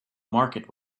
market